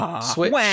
Switch